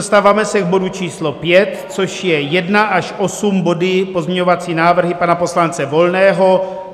Dostáváme se k bodu číslo 5, což je 1 až 8 body pozměňovací návrhy pana poslance Volného.